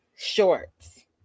shorts